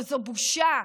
וזו בושה.